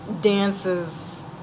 dances